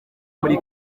muri